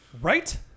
Right